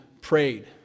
prayed